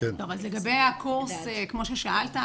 לגבי הקורס כמו ששאלת,